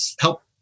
help